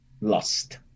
lust